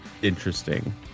interesting